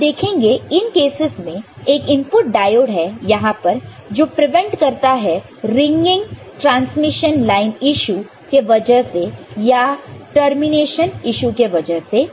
आप देखेंगे इन केसेस में एक इनपुट डायोड है यहां पर जो प्रिवेंट करता है रिंगइंग ट्रांसमिशन लाइन यीशु के वजह से या टर्मिनेशन यीशु के वजह से